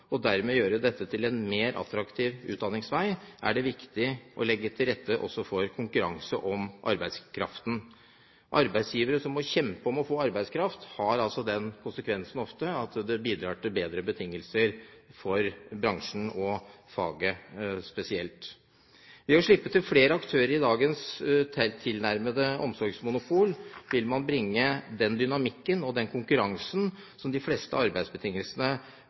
og omsorgssektoren, og dermed gjøre dette til en mer attraktiv utdanningsvei, er det viktig å legge til rette også for konkurranse om arbeidskraften. Når arbeidsgivere må kjempe om å få arbeidskraft, er ofte konsekvensen at det bidrar til bedre betingelser for bransjen og faget spesielt. Ved å slippe til flere aktører i dagens tilnærmede omsorgsmonopol vil man bringe dynamikken og konkurransen om de beste arbeidsbetingelsene